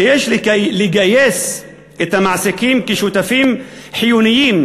היא שיש לגייס את המעסיקים כשותפים חיוניים